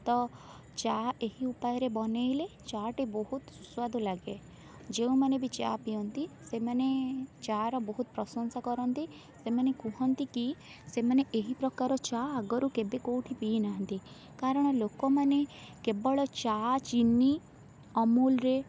ତ ଚା' ଏହି ଉପାୟରେ ବନେଇଲେ ଚା' ଟି ବହୁତ ସୁସ୍ୱାଦୁ ଲାଗେ ଯେଉଁମାନେ ବି ଚା' ପିଅନ୍ତି ସେମାନେ ଚା' ର ବହୁତ ପ୍ରଶଂସା କରନ୍ତି ସେମାନେ କୁହନ୍ତି କି ସେମାନେ ଏହି ପ୍ରକାର ଚା' ଆଗରୁ କେବେ କେଉଁଠି ପିଇନାହାନ୍ତି କାରଣ ଲୋକମାନେ କେବଳ ଚା' ଚିନି ଅମୁଲ୍ରେ